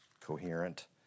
coherent